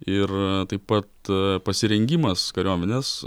ir taip pat pasirengimas kariuomenės